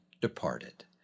departed